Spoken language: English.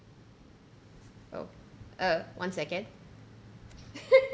oh err one second